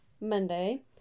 Monday